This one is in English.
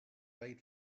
late